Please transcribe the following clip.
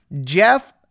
Jeff